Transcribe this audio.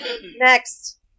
next